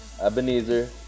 Ebenezer